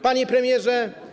Panie Premierze!